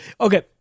Okay